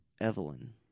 Evelyn